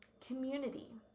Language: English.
community